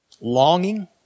Longing